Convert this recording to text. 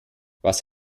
was